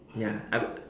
ya I bought